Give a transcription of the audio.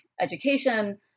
education